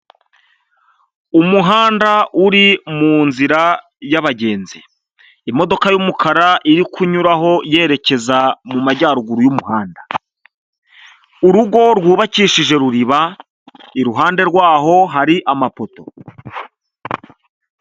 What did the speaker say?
Umuhanda uri mu nzira y'abagenzi. Imodoka y'umukara iri kunyuraho yerekeza mu majyaruguru y'umuhanda. Urugo rwubakishije ruriba, iruhande rwaho hari amapoto.